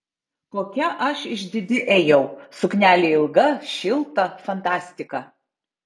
kokia aš išdidi ėjau suknelė ilga šilta fantastika